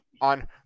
on